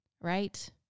Right